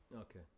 Okay